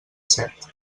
set